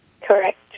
Correct